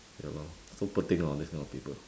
ya lor so poor thing hor this kind of people